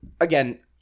Again